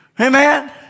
Amen